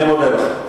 אני מודה לך.